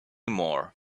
more